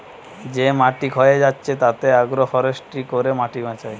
যে মাটি ক্ষয়ে যাচ্ছে তাতে আগ্রো ফরেষ্ট্রী করে মাটি বাঁচায়